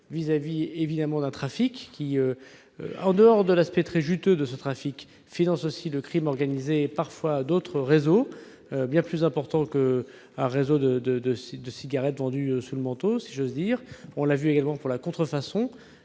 vis-à-vis d'un trafic qui, en dehors de son aspect très juteux, finance aussi le crime organisé et parfois d'autres réseaux bien plus importants qu'un réseau de cigarettes vendues sous le manteau, si j'ose dire. On l'a vu également pour la contrefaçon,